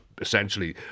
essentially